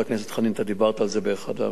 אתה דיברת על זה באחד המפגשים,